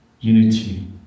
unity